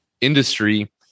industry